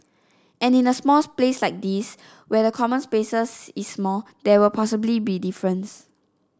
and in a small place like this where the common spaces is small there will possibly be difference